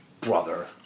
Brother